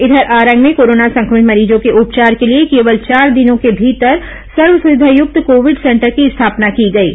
इधर आरंग में कोरोना संक्रमित मरीजों के उपचार के लिए केवल चार दिनों के भीतर सर्व सुविधा युक्त कोविड सेंटर की स्थापना की गई है